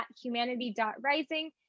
humanity.rising